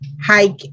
hike